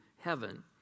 heaven